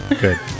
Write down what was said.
Good